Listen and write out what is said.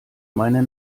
meine